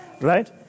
Right